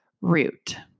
root